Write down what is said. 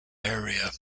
area